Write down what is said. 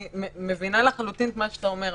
אני מבינה לחלוטין את מה שאתה אומר,